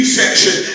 section